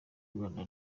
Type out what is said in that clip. rwanda